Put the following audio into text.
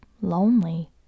lonely